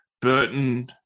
Burton